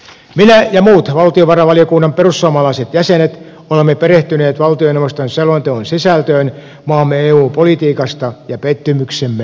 minä ja muut valtiovarainvaliokunnan perussuomalaiset jäsenet olemme perehtyneet valtioneuvoston selonteon sisältöön maamme eu politiikasta ja pettymyksemme on suuri